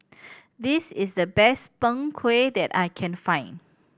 this is the best Png Kueh that I can find